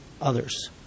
others